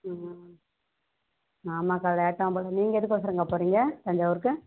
ம் ஆமாக்கா லேட்டாகும் போல் நீங்கள் எதுக்கொசரம்க்கா போகிறீங்க தஞ்சாவூருக்கு